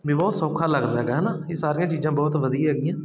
ਵੀ ਬਹੁਤ ਸੌਖਾ ਲੱਗਦਾ ਗਾ ਹੈ ਨਾ ਇਹ ਸਾਰੀਆਂ ਚੀਜ਼ਾਂ ਬਹੁਤ ਵਧੀਆ ਹੈਗੀਆਂ